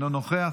אינו נוכח,